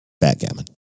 backgammon